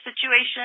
situation